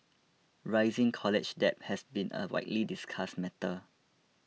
rising college debt has been a widely discussed matter